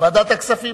בוועדת הכספים,